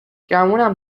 گمونم